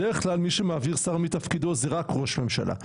בדרך כלל מי שמעביר שר מתפקידו זה רק ראש ממשלה,